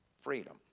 freedom